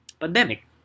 pandemic